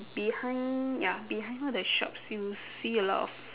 behind ya behind all the shops you'll see a lot of